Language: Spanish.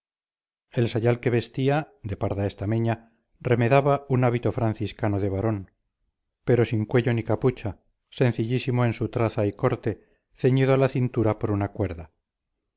sayal que vestía de parda estameña remedaba un hábito franciscano de varón pero sin cuello ni capucha sencillísimo en su traza y corte ceñido a la cintura por una cuerda